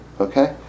Okay